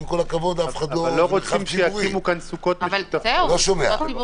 אם אדם מתייחס לכך שסוכה זה כמו הסלון,